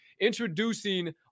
introducing